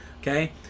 okay